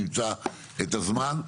נמצא את הזמן.